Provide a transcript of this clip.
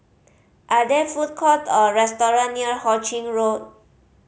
are there food court or restaurant near Ho Ching Road